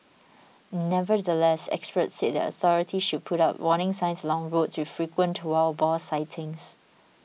nevertheless experts said that authorities should put up warning signs along roads with frequent to our boar sightings